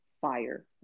fire